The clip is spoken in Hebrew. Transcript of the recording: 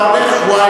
אתה הולך שבועיים,